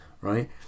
Right